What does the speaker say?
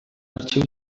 arxiu